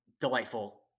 delightful